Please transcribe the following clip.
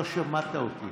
לא שמעתי אותי.